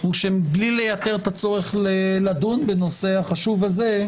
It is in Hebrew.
הוא שבלי לייתר את הצורך לדון בנושא החשוב הזה,